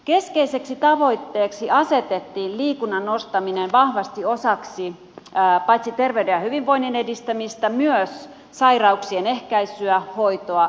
keskeiseksi tavoitteeksi asetettiin liikunnan nostaminen vahvasti osaksi paitsi terveyden ja hyvinvoinnin edistämistä myös sairauksien ehkäisyä hoitoa ja kuntoutusta